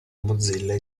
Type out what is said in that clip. mozilla